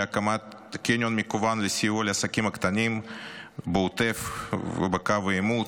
בהקמת קניון מקוון לסיוע לעסקים הקטנים בעוטף ובקו העימות,